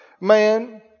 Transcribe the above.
man